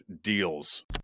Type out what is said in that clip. Deals